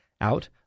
out